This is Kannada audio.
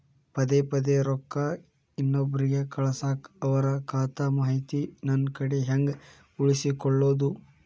ಪದೆ ಪದೇ ರೊಕ್ಕ ಇನ್ನೊಬ್ರಿಗೆ ಕಳಸಾಕ್ ಅವರ ಖಾತಾ ಮಾಹಿತಿ ನನ್ನ ಕಡೆ ಹೆಂಗ್ ಉಳಿಸಿಕೊಳ್ಳೋದು?